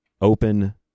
open